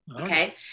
Okay